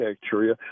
bacteria